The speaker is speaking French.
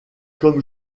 comme